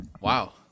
Wow